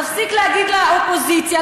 תפסיק להגיד לאופוזיציה.